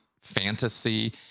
fantasy